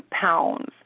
pounds